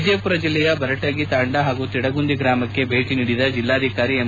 ವಿಜಯಪುರ ಜಿಲ್ಲೆಯ ಬರಟಗಿ ತಾಂಡಾ ಹಾಗೂ ತಿಡಗುಂದಿ ಗ್ರಾಮಕ್ಕೆ ಭೇಟ ನೀಡಿದ ಜಿಲ್ಲಾಧಿಕಾರಿ ಎಂ